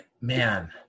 man